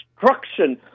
destruction